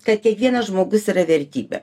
kad kiekvienas žmogus yra vertybė